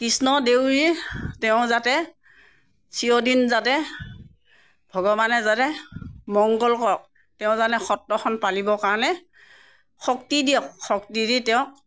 কৃষ্ণ দেউৰী তেওঁ যাতে চিৰদিন যাতে ভগৱানে যাতে মঙ্গল কৰক তেওঁ যাতে সত্ৰখন পালিবৰ কাৰণে শক্তি দিয়ক শক্তি দি তেওঁক